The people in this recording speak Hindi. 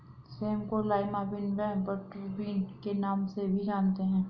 सेम को लाईमा बिन व बटरबिन के नाम से भी जानते हैं